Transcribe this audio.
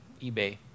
eBay